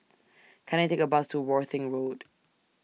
Can I Take A Bus to Worthing Road